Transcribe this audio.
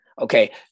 Okay